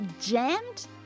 Jammed